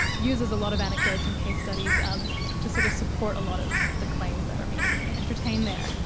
uses a lot of anecdotes and case studies um to sort of support a lot of the claims that are being entertained there.